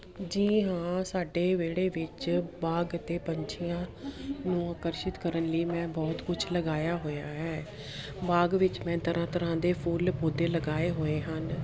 ਜੀ ਹਾਂ ਸਾਡੇ ਵਿਹੜੇ ਵਿੱਚ ਬਾਗ ਅਤੇ ਪੰਛੀਆਂ ਨੂੰ ਆਕਰਸ਼ਿਤ ਕਰਨ ਲਈ ਮੈਂ ਬਹੁਤ ਕੁਛ ਲਗਾਇਆ ਹੋਇਆ ਹੈ ਬਾਗ ਵਿੱਚ ਮੈਂ ਤਰ੍ਹਾਂ ਤਰ੍ਹਾਂ ਦੇ ਫੁੱਲ ਪੌਦੇ ਲਗਾਏ ਹੋਏ ਹਨ